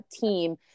team